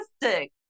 fantastic